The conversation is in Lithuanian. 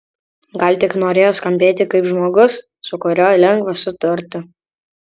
gal tik norėjo skambėti kaip žmogus su kuriuo lengva sutarti